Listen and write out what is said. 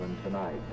tonight